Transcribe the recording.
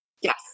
Yes